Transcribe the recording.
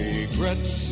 Regrets